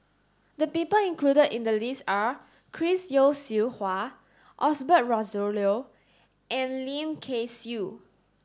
the people included in the list are Chris Yeo Siew Hua Osbert Rozario and Lim Kay Siu